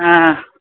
ह